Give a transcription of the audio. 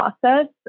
process